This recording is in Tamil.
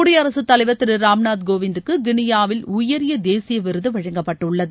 குடியரசுத்தலைவர் திரு ராம்நாத் கோவிந்துக்கு கினியாவில் உயரிய தேசிய விருது வழங்கப்பட்டுள்ளது